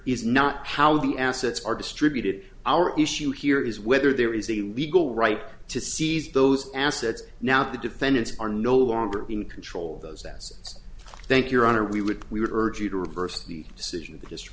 is not how the assets are distributed our issue here is whether there is a legal right to seize those assets now the defendants are no longer in control of those that's thank your honor we would we would urge you to reverse the decision just